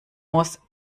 muss